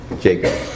Jacob